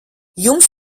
jums